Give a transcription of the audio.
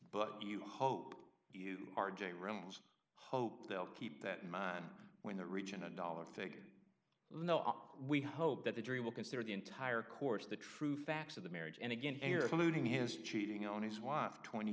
but you hope r j reynolds hope they'll keep that in mind when the region a dollar figure no up we hope that the jury will consider the entire course the true facts of the marriage and again here polluting his cheating on his wife twenty